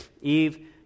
Eve